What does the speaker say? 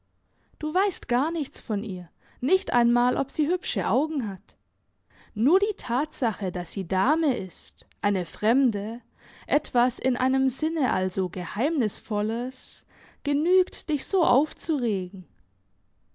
du weisst gar nichts von ihr nicht einmal ob sie hübsche augen hat nur die tatsache dass sie dame ist eine fremde etwas in einem sinne also geheimnisvolles genügt dich so aufzuregen